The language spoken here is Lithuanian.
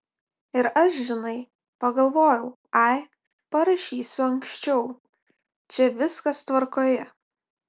ir aš žinai pagalvojau ai parašysiu anksčiau čia viskas tvarkoje